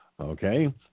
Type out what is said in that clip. okay